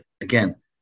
again